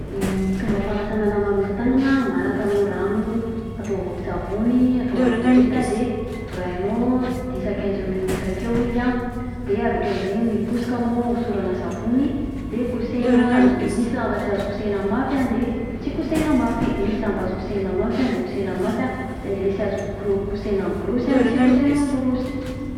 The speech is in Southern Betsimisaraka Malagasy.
Ny fomba fanasana lamba aminà tanana malaka anao rano, atao vovo-tsavony, atao anaty koveta, de vorahinao dix à quinze minute akeo izy an, de avekeo am'zegny mikosoka anao an hosorana savony de kosehina, misy lamba sy azo kosehina mafy an de tsy kosehina mafy, misy lamba azo kosehina mafy de kosehina mafy, le sy azo ko- kosehina amin'ny borosy de sy kosehina amin'ny borosy.